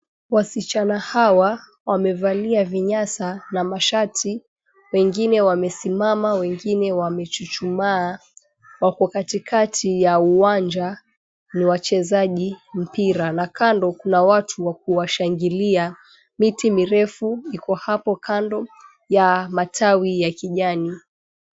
Wasichana hawa wamevalia vinyasa na mashati wengine wamesima, wengine wakiwa wamechuchumaa wako katikati ya uwanja ni wachezaji mpira na kando kuna watu wa kuwashangili. Miti mirefu iko hapo kando ya matawi ya kijani.